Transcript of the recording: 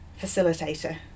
facilitator